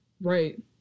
Right